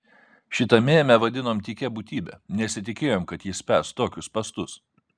šitą mėmę vadinom tykia būtybe nesitikėjom kad jis spęs tokius spąstus